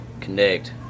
connect